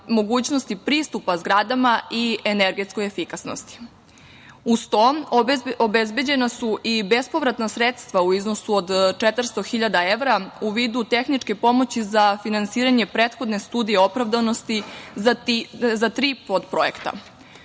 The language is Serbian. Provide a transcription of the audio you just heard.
mogućnosti pristupa zgradama i energetskoj efikasnosti. Uz to, obezbeđena su i bespovratna sredstva u iznosu od 400 hiljada evra u vidu tehničke pomoći za finansiranje prethodne studije opravdanosti za tri podprojekta.U